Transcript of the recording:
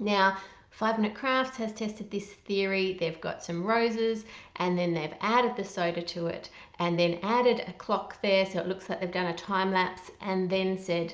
now five minute crafts has tested this theory they've got some roses and then they've added the soda to it and then added a clock there so it looks like they've done a time-lapse and then said